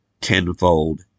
tenfold